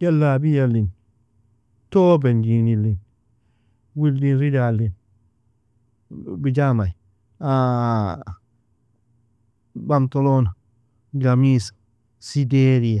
Jalabialin, tob injinlin, wildin ridalin, bigami, bantalon, gamis, sidairi,